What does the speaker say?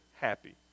happy